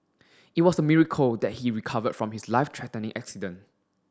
it was a miracle that he recovered from his life threatening accident